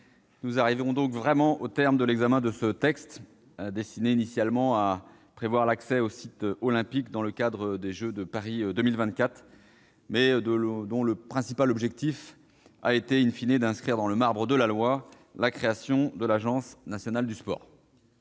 nous arrivons au terme de l'examen de ce texte destiné initialement à prévoir l'accès aux sites olympiques dans le cadre des jeux de Paris 2024, mais dont le principal objectif a été,, d'inscrire dans le marbre de la loi la création de l'Agence nationale du sport.